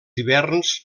hiverns